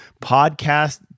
podcast